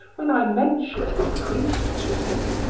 when i mentioned the priest to him,